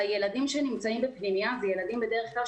הילדים שנמצאים בפנימייה זה ילדים בדרך כלל